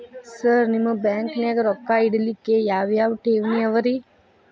Sir ನಿಮ್ಮ ಬ್ಯಾಂಕನಾಗ ರೊಕ್ಕ ಇಡಲಿಕ್ಕೆ ಯಾವ್ ಯಾವ್ ಠೇವಣಿ ಅವ ರಿ?